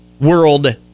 World